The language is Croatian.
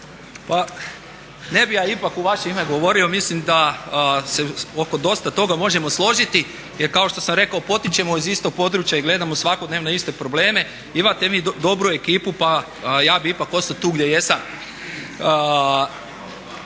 Ne bih ja ipak u vaše ime govorio, mislim da se oko dosta toga možemo složiti jer kao što sam rekao potičemo iz istog područja i gledamo svakodnevno iste probleme. Imate vi dobru ekipu pa ja bih ipak ostao tu gdje jesam.